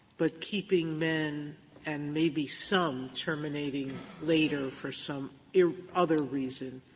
but keeping men and maybe some terminating later for some other reason,